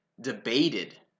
Debated